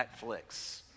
Netflix